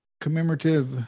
commemorative